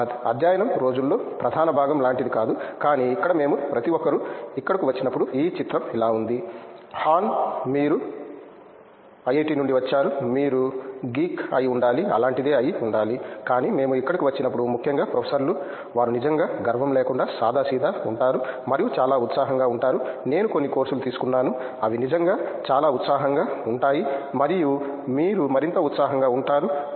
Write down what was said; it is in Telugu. రాజ్నాథ్ అధ్యయనం రోజులో ప్రధాన భాగం లాంటిది కాదు కానీ ఇక్కడ మేము ప్రతి ఒక్కరూ ఇక్కడకు వచ్చినప్పుడు ఈ చిత్రం ఇలా ఉంది హాన్ మీరు ఐఐటి నుండి వచ్చారు మీరు గీక్ అయి ఉండాలి అలాంటిదే అయి ఉండాలి కానీ మేము ఇక్కడకు వచ్చినప్పుడు ముఖ్యంగా ప్రొఫెసర్లు వారు నిజంగా గర్వం లేకుండా సాదాసీదా ఉంటారు మరియు చాలా ఉత్సాహంగా ఉంటారు నేను కొన్ని కోర్సులు తీసుకున్నాను అవి నిజంగా చాలా ఉత్సాహంగా ఉంటాయి మరియు మీరు మరింత ఉత్సాహంగా ఉంటారు